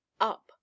up